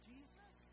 Jesus